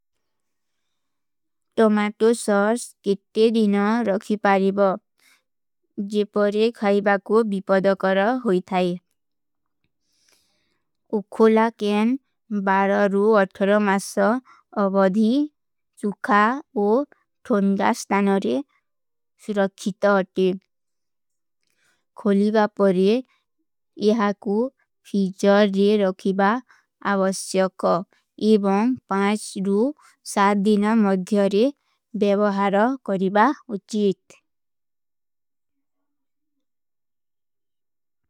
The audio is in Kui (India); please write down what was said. ଟୋମାଟୋ ସର୍ସ କିତ୍ତେ ଦିନା ରଖୀ ପାରୀବା, ଜେ ପରେ ଖାଈବା କୋ ବିପଦକର ହୋଈ ଥାଈ। ଉଖୋଲା କେନ ବାରାରୂ ଅଠର ମାସା ଅବଧୀ ଚୁଖା ଓ ଥୋନଗାସ ତାନରେ ସୁରଖୀତା ହୋତେ। ଖୋଲୀବା ପରେ ଇହା କୂ ଫୀଜର ରେ ରଖୀବା ଆଵସ୍ଯକ ଇବଂ ରୂ ଦିନା ମଧ୍ଯରେ ବେଵହାର କରୀବା ଉଚୀତ।